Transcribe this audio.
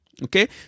Okay